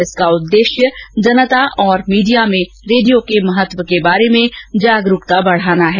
इसका उद्देश्य जनता और मीडिया में रेडियो के महत्व के बारे में जागरूकता बढ़ाना है